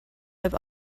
have